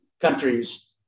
countries